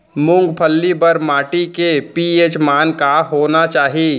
मूंगफली बर माटी के पी.एच मान का होना चाही?